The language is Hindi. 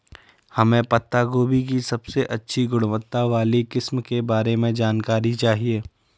हमें पत्ता गोभी की सबसे अच्छी गुणवत्ता वाली किस्म के बारे में जानकारी चाहिए?